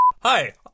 Hi